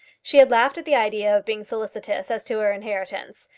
she had laughed at the idea of being solicitous as to her inheritance.